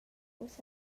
uss